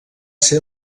ser